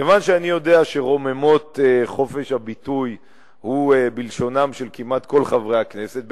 כיוון שאני יודע שרוממות חופש הביטוי בלשונם של כמעט כל חברי הכנסת,